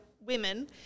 women